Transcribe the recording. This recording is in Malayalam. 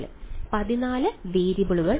14 വേരിയബിളുകൾ